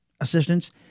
assistance